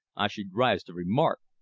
i should rise to remark!